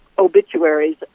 obituaries